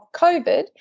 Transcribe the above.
COVID